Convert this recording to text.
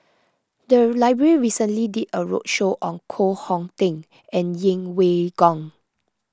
the library recently did a roadshow on Koh Hong Teng and Yeng Pway Ngon